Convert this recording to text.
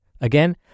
Again